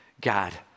God